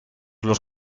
los